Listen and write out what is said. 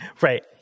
right